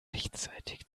rechtzeitig